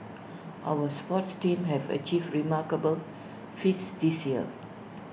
our sports teams have achieved remarkable feats this year